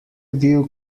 view